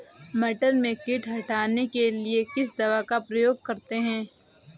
मटर में कीट हटाने के लिए किस दवा का प्रयोग करते हैं?